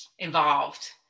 involved